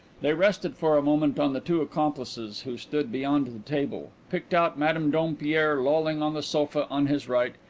they rested for a moment on the two accomplices who stood beyond the table, picked out madame dompierre lolling on the sofa on his right,